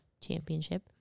Championship